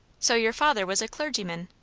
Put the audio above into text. so your father was a clergyman?